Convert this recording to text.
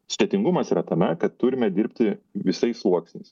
sudėtingumas yra tame kad turime dirbti visais sluoksniais